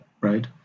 right